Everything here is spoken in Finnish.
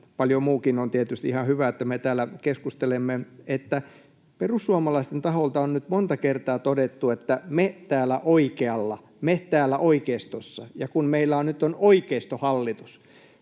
paljon muutakin on, on tietysti ihan hyvä, että me täällä keskustelemme —, että perussuomalaisten taholta on nyt monta kertaa todettu, että ”me täällä oikealla”, ”me täällä oikeistossa” ja kun meillä nyt on ”oikeistohallitus”.